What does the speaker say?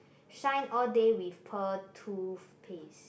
shine all day with pearl toothpaste